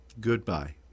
Goodbye